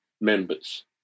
members